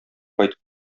кайтып